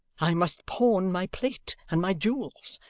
i must pawn my plate and my jewels,